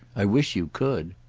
i wish you could.